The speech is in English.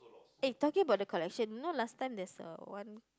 [eh]talking about the collection you know last time there's a one